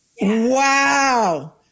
Wow